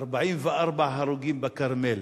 44 הרוגים בכרמל,